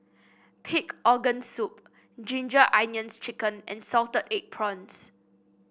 Pig Organ Soup Ginger Onions chicken and Salted Egg Prawns